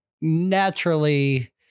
Naturally